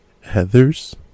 Heather's